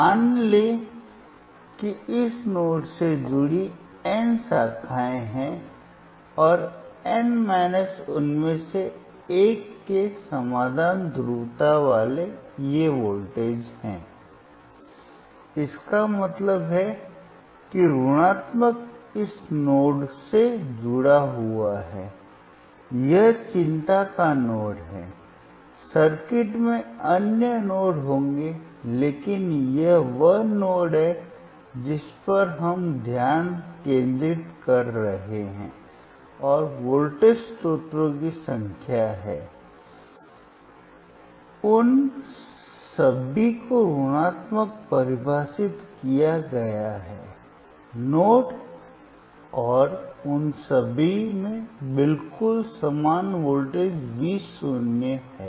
मान लें कि इस नोड से जुड़ी N शाखाएँ हैं और n उनमें से एक में समान ध्रुवता वाले ये वोल्टेज हैं इसका मतलब है कि ऋणात्मक इस नोड से जुड़ा हुआ है यह चिंता का नोड है सर्किट में अन्य नोड होंगे लेकिन यह वह नोड है जिस पर हम ध्यान केंद्रित कर रहे हैं और वोल्टेज स्रोतों की संख्या है उन सभी को ऋणात्मक परिभाषित किया गया है नोड और उन सभी में बिल्कुल समान वोल्टेज V शून्य है